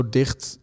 dicht